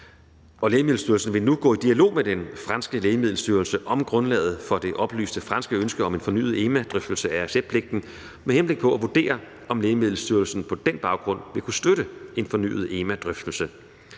Lægemiddelstyrelsen vil nu gå i dialog med den franske lægemiddelstyrelse om grundlaget for det oplyste franske ønske om en fornyet EMA-drøftelse af receptpligten med henblik på at vurdere, om Lægemiddelstyrelsen på den baggrund vil kunne støtte en fornyet EMA-drøftelse,